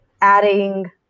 adding